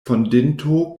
fondinto